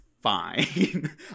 Fine